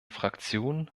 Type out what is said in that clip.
fraktion